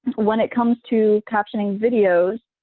when it comes to captioning videos,